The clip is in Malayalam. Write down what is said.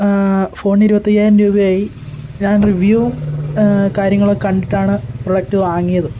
ഫോണിന് ഇരുപത്തിയ്യായിരം രൂപയായി ഞാൻ റിവ്യൂവും കാര്യങ്ങളൊക്കെ കണ്ടിട്ടാണ് പ്രോഡക്ട് വാങ്ങിയത്